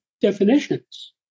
definitions